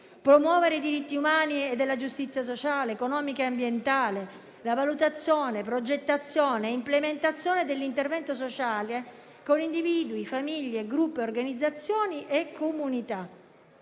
promuovere i diritti umani e la giustizia sociale, economica e ambientale; la valutazione, progettazione e implementazione dell'intervento sociale con individui, famiglie, gruppi, organizzazioni e comunità.